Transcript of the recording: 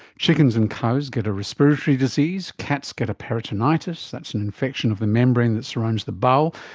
chickens and cows get a respiratory disease, cats get a peritonitis, that's an infection of the membrane that surrounds the bowel,